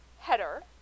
header